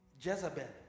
Jezebel